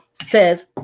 says